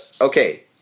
Okay